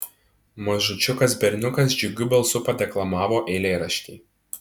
mažučiukas berniukas džiugiu balsu padeklamavo eilėraštį